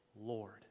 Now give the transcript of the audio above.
Lord